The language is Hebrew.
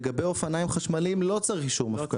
לגבי אופניים חשמליים לא צריך אישור מפכ"ל.